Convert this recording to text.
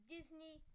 Disney